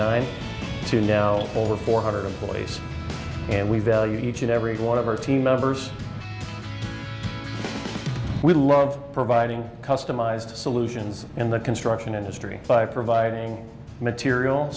to know over four hundred employees and we value each and every one of our team members we love providing customized solutions in the construction industry by providing material